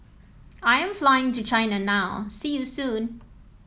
I am flying to China now See you soon